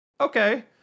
okay